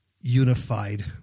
unified